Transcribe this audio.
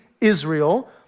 Israel